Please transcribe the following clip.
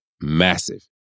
massive